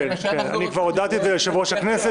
אני כבר הודעתי ליושב-ראש הכנסת,